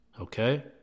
okay